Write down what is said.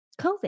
COVID